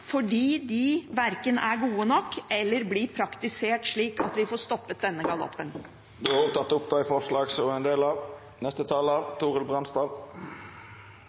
fordi de verken er gode nok eller blir praktisert slik at vi får stoppet denne galoppen. Representanten Karin Andersen har teke opp dei forslaga